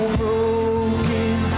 broken